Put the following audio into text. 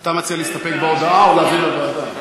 אתה מציע להסתפק בהודעה, או להעביר לוועדה?